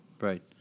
Right